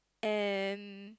and